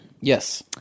Yes